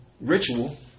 ritual